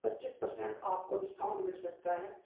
پچیس پرسنٹ آپ کو ڈسکاؤنٹ مل سکتا ہے